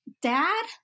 dad